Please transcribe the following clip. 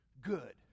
good